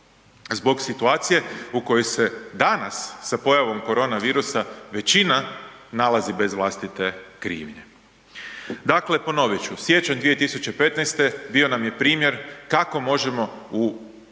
zbog situacije u kojoj se danas sa pojavom korona virusa većina nalazi bez vlastite krivnje. Dakle, ponovit ću, siječanj 2015. bio nam je primjer kako možemo u